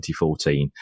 2014